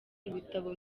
ibitabo